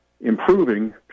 improving